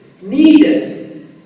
needed